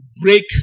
break